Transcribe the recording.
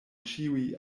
ĉiuj